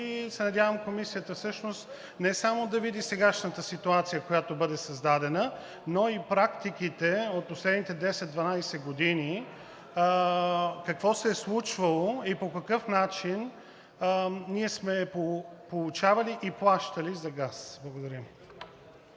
Надявам се Комисията не само да види сегашната ситуация, която беше създадена, но и практиките от последните 10 – 12 години, какво се е случвало и по какъв начин ние сме получавали и плащали за газ. Благодаря.